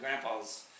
grandpa's